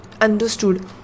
understood